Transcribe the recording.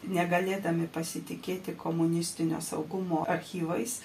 negalėdami pasitikėti komunistinio saugumo archyvais